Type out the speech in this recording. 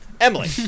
Emily